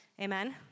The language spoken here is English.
Amen